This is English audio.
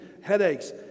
headaches